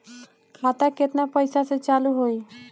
खाता केतना पैसा से चालु होई?